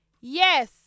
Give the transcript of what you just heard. Yes